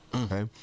Okay